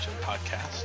podcast